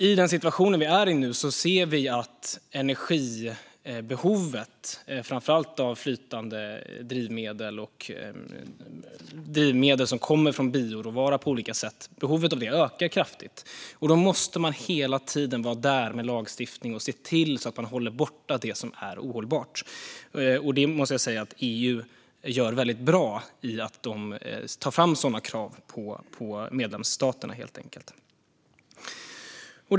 I den situation vi nu är i ser vi att energibehovet, framför allt när det gäller flytande drivmedel och drivmedel som kommer från bioråvara, ökar kraftigt. Då måste man hela tiden vara där med lagstiftning och se till att man håller borta det som är ohållbart. Att EU tar fram sådana krav på medlemsstaterna är väldigt bra.